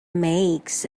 makes